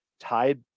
tide